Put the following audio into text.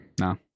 no